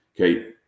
Okay